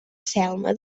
selma